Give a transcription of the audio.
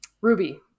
ruby